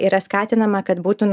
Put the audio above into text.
yra skatinama kad būtų